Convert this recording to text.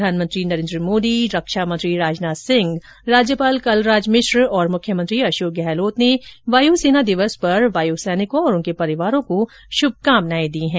प्रधानमंत्री नरेन्द्र मोदी रक्षा मंत्री राजनाथ सिंह राज्यपाल कलराज मिश्र और मुख्यमंत्री अशोक गहलोत ने वायुसेना दिवस पर वायु सैनिकों और उनके परिवारों को शुभकामनाएं दी हैं